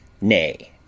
nay